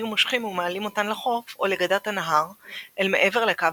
היו מושכים ומעלים אותן לחוף או לגדת הנהר אל מעבר לקו